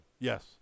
Yes